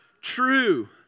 true